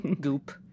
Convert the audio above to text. goop